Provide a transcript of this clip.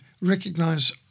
recognize